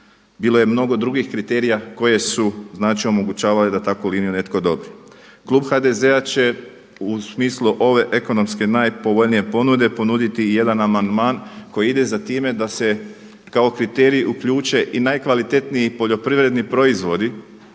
Bilo je mnogo drugih kriterija koje su, znači omogućavale da takvu liniju netko odobri. Klub HDZ-a će u smislu ove ekonomske najpovoljnije ponude ponuditi i jedan amandman koji ide za time da se kao kriterij uključe i najkvalitetniji poljoprivredni proizvodi